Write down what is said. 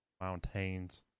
Mountains